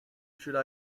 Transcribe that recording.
should